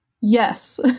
Yes